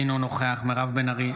אינו נוכח מירב בן ארי,